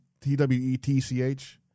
T-W-E-T-C-H